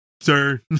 Sir